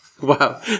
Wow